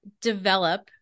develop